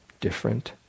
different